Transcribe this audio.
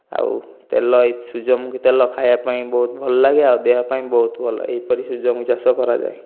ଆଉ ତେଲ ଏହି ସୂର୍ଯ୍ୟମୁଖୀ ତେଲ ଖାଇବା ପାଇଁ ବହୁତ ଲାଗେ ଆଉ ଦେହ ପାଇଁ ବହୁତ ଭଲ ଏହିପରି ସୂର୍ଯ୍ୟମୁଖୀ ଚାଷ କରାଯାଏ